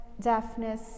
deafness